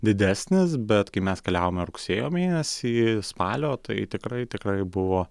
didesnis bet kai mes keliavome rugsėjo mėnesį spalio tai tikrai tikrai buvo